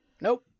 nope